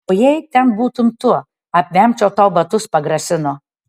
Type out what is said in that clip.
o jei ten būtum tu apvemčiau tau batus pagrasino